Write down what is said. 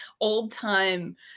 old-time